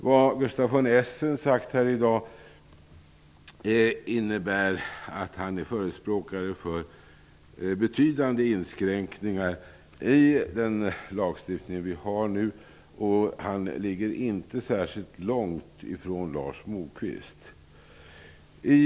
Vad Gustaf von Essen har sagt här i dag innebär att han är förespråkare för betydande inskränkningar i den lagstiftning som vi har nu, och hans inställning ligger inte särskilt långt från Lars Moquists.